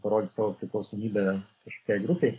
parodyti savo priklausomybę kažkokiai grupei